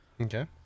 Okay